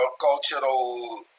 cultural